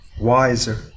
wiser